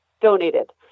donated